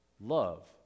love